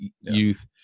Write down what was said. youth